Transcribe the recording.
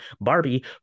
barbie